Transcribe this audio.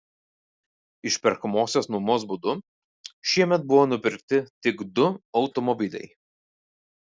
išperkamosios nuomos būdu šiemet buvo nupirkti tik du automobiliai